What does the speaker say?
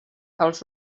els